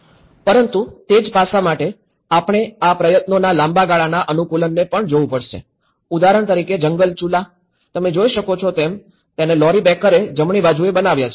પરંતુ તે જ પાસા માટે આપણે આ પ્રયત્નોના લાંબા ગાળાના અનુકૂલનને પણ જોવું પડશે ઉદાહરણ તરીકે જંગલ ચૂલા તમે જોઈ શકો છો તેમ તેને લૌરી બેકરે જમણી બાજુએ બનાવ્યા છે